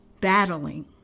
battling